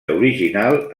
original